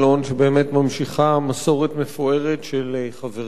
שבאמת ממשיכה מסורת מפוארת של חבריה,